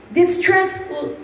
distressful